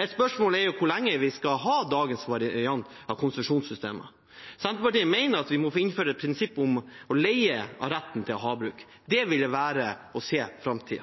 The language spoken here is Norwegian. Et spørsmål er jo hvor lenge vi skal ha dagens variant av konsesjonssystemet. Senterpartiet mener at vi må få innført et prinsipp om leie av retten til å drive havbruk. Det ville være